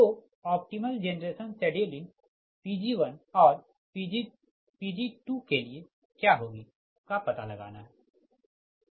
तो optimal generation scheduling Pg1 और Pg2 के लिए क्या होगी का पता लगाना हैं